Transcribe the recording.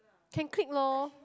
can click lor